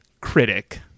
critic